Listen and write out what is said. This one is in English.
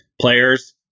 players